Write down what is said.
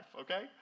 okay